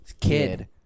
kid